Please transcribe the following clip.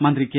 മന്ത്രി കെ